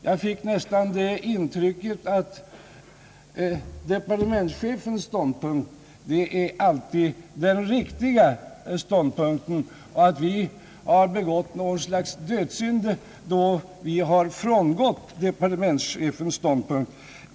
Jag fick det intrycket att herr Näsström anser att departementschefens ståndpunkt alltid är den riktiga och att vi har begått något slags dödssynd när vi frångått departementschefens ståndpunkt.